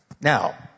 Now